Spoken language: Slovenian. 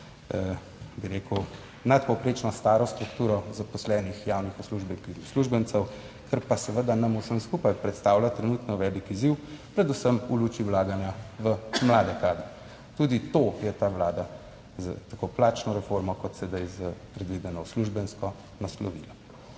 bi rekel, nadpovprečno staro strukturo zaposlenih javnih uslužbencev, kar pa seveda nam vsem skupaj predstavlja trenutno velik izziv, predvsem v luči vlaganja v mlade kadre. Tudi to je ta Vlada s tako plačno reformo kot sedaj s predvideno uslužbensko naslovila.